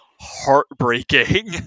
heartbreaking